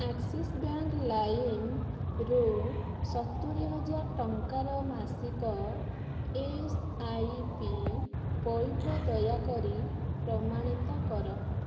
Axis bank ଲାଇମ୍ରୁ ସତୁରି ହଜାର ଟଙ୍କାର ମାସିକ ଏସ୍ ଆଇ ପି ପଇଠ ଦୟାକରି ପ୍ରମାଣିତ କର